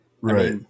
Right